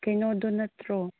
ꯀꯩꯅꯣꯗꯨ ꯅꯠꯇ꯭ꯔꯣ